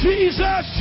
Jesus